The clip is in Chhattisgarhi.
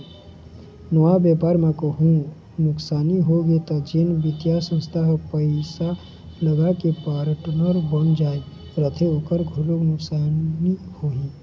नवा बेपार म कहूँ नुकसानी होगे त जेन बित्तीय संस्था ह पइसा लगाके पार्टनर बन जाय रहिथे ओखर घलोक नुकसानी होही